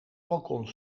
balkon